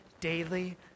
daily